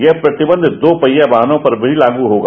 यह प्रतिबंध दपहिया वाहनों पर भी लागू होगा